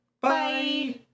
Bye